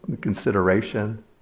consideration